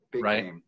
Right